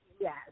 yes